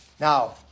Now